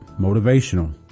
motivational